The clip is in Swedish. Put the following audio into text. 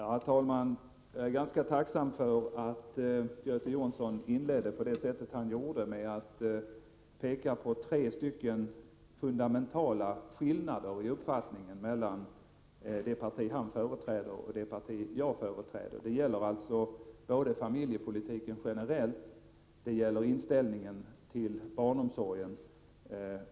Herr talman! Jag är tacksam över att Göte Jonsson inledde med att peka på tre fundamentala skillnader i uppfattning mellan det parti han företräder och det parti jag representerar. Det gäller alltså både familjepolitiken generellt och inställningen till barnomsorgen.